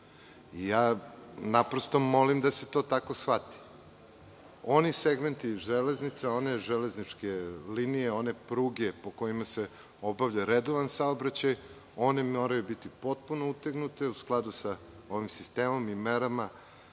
Naprosto molim da se to tako shvati. Oni segmenti železnice, one železničke linije, one pruge po kojima se obavlja redovan saobraćaj, one moraju biti potpuno utegnute u skladu sa ovim sistemom koje